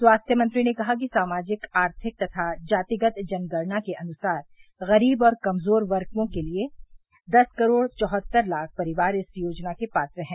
स्वास्थ्य मंत्री ने कहा कि सामाजिक आर्थिक तथा जातिगत जनगणना के अनुसार गरीब और कमजोर वर्गों के दस करोड़ चौहत्तर लाख परिवार इस योजना के पात्र हैं